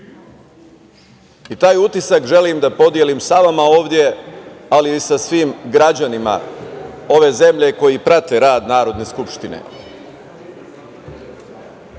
Taj utisak želim da podelim sa vama ovde, ali i sa svim građanima ove zemlje koji prate rad Narodne skupštine. Sit